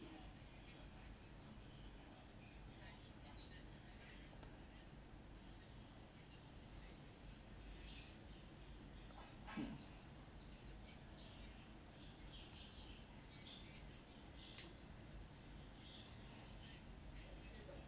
mm